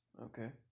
Okay